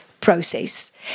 process